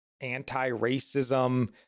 anti-racism